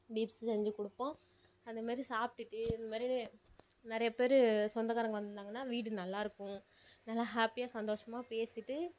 beefs செஞ்சு கொடுப்போம் அந்த மாதிரி சாப்பிடுட்டு இந்த மாதிரி நெ நிறைய பேர் சொந்தக்காரங்க வந்துருந்தாங்கன்னா வீடு நல்லாயிருக்கும் நல்லா ஹேப்பியாக சந்தோஷமாக பேசிகிட்டு